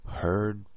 heard